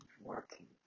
working